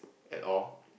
at all